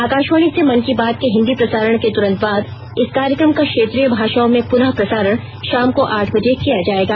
आकाशवाणी से मन की बात के हिंदी प्रसारण के तुरन्त बाद इस कार्यक्रम का क्षेत्रीय भाषाओं में पुनः प्रसारण शाम को आठ बजे किया जाएगा